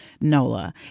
Nola